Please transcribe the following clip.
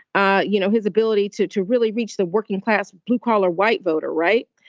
ah you know, his ability to to really reach the working class, blue collar white voter. right.